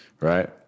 right